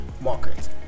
market